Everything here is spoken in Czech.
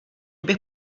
bych